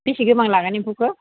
बेसे गोबां लागोन एम्फौखौ